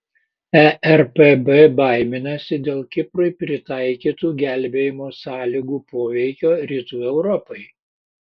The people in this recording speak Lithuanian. erpb baiminasi dėl kiprui pritaikytų gelbėjimo sąlygų poveikio rytų europai